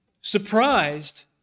surprised